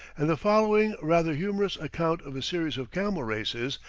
and the following rather humorous account of a series of camel races,